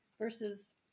versus